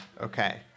Okay